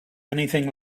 anything